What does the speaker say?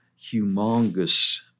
humongous